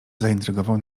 zaintrygował